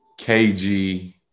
kg